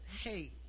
hey